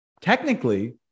Technically